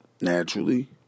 naturally